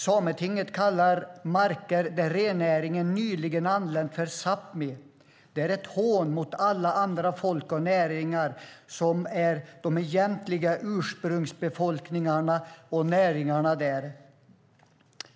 Sametinget kallar marker där rennäringen nyligen har anlänt Sápmi. Det är ett hån mot alla andra folk och näringar som är de egentliga ursprungsbefolkningarna och näringarna där.